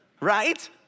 right